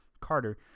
Carter